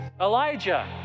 Elijah